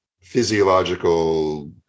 physiological